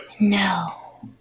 No